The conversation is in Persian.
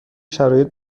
شرایط